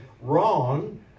wrong